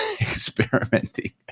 experimenting